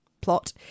plot